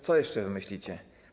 Co jeszcze wymyślicie?